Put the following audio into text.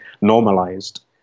normalized